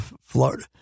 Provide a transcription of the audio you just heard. Florida